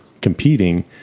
competing